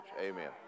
Amen